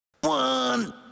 one